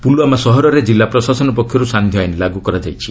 ପୁଲ୍ୱାମା ସହରରେ ଜିଲ୍ଲା ପ୍ରଶାସନ ପକ୍ଷରୁ ସାନ୍ଧ୍ୟ ଆଇନ୍ ଲାଗୁ କରାଯାଇଛି